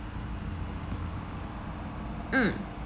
mm